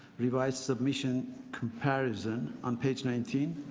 revised submission comparison on page nineteen,